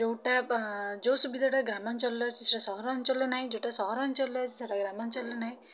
ଯୋଉଟା ଯୋଉ ସୁବିଧାଟା ଗ୍ରାମାଞ୍ଚଳରେ ଅଛି ସେଇଟା ସହରାଞ୍ଚଳରେ ନାହିଁ ଯୋଉଟା ସହରାଞ୍ଚଳରେ ଅଛି ସେଇଟା ଗ୍ରାମାଞ୍ଚଳରେ ନାହିଁ